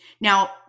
Now